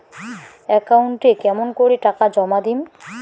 একাউন্টে কেমন করি টাকা জমা দিম?